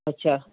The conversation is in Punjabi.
ਅੱਛਾ